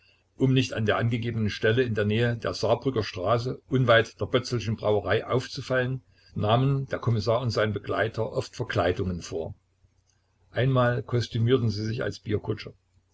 um nicht an der angegebenen stelle in der nähe der saarbrücker straße unweit der bötzelschen brauerei aufzufallen nahmen der kommissar und sein begleiter oft verkleidungen vor einmal kostümierten sie sich als